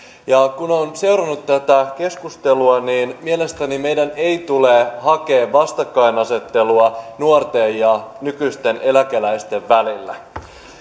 kun on seurannut tätä keskustelua niin mielestäni meidän ei tule hakea vastakkainasettelua nuorten ja nykyisten eläkeläisten välillä